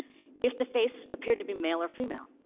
if the face appeared to be male or female.